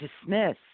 dismiss